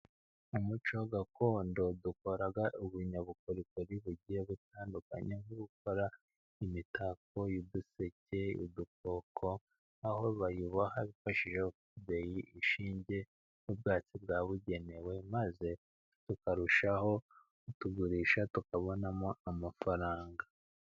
Mu muco gakondo dukora ubunyabukorikori bugiye butandukanya nko gukora imitako y'uduseke, udukoko ,aho bayiboha bifashishije ubudeyi, ishinge n'ubwatsi bwabugenewe, maze tukarushaho kutugurisha tukabonamo amafaranga.